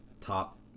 top